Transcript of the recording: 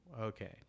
okay